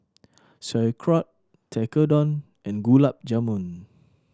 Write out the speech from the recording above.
Sauerkraut Tekkadon and Gulab Jamun